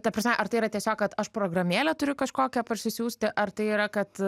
ta prasme ar tai yra tiesiog kad aš programėlę turiu kažkokią parsisiųsti ar tai yra kad